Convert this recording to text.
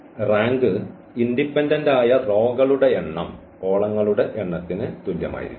അതിനാൽ rank independent ആയ റോകളുടെ എണ്ണം കോളങ്ങളുടെ എണ്ണത്തിന് തുല്യമായിരിക്കും